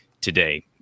today